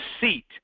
seat